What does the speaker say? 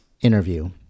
interview